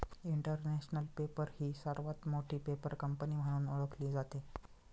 international Paper ही सर्वात मोठी पेपर कंपनी म्हणून ओळखली जाते